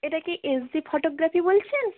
এটা কি S D photography বলছেন